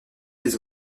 des